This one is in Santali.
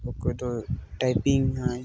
ᱚᱠᱚᱭ ᱫᱚᱭ ᱴᱟᱭᱯᱤᱝᱼᱟᱭ